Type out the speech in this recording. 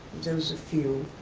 there's a few.